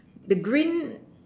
the green